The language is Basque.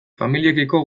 familiekiko